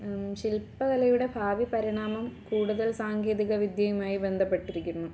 ശില്പകലയുടെ ഭാവി പരിണാമം കൂടുതൽ സാങ്കേതിക വിദ്യയുമായി ബന്ധപ്പെട്ടിരിക്കുന്നു